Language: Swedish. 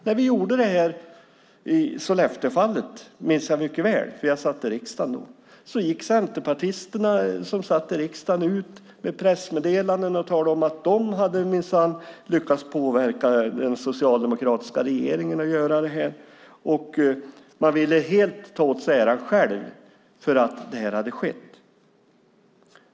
När vi gjorde det här i Sollefteåfallet - jag minns det mycket väl, för jag satt i riksdagen då - gick centerpartisterna som satt i riksdagen ut med pressmeddelanden och talade om att de minsann hade lyckats påverka den socialdemokratiska regeringen att göra detta. Man ville helt ta åt sig äran för att det hade skett.